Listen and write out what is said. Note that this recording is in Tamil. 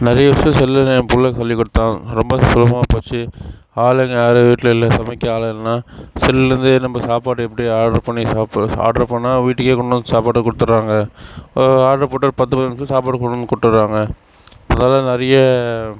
நிறைய விஷயம் செல்லில் என் பிள்ள சொல்லிக் கொடுத்தான் ரொம்ப சுலபமாக போச்சு ஆளுக யாரும் வீட்டில் இல்லை சமைக்க ஆள் இல்லைன்னா செல்லில் இருந்தே நம்ம சாப்பாடை எப்படி ஆர்டர் பண்ணி சாப்படை ஆர்டர் பண்ணால் வீட்டுக்கே கொண்டு வந்து சாப்பாட்டை கொடுத்தர்றாங்க ஆர்டர் போட்டால் பத்து பதனைஞ்சு நிமிஷத்தில் சாப்பாட்டை கொண்டு வந்து கொடுத்தர்றாங்க அதெல்லாம் நிறைய